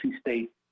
state